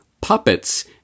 puppets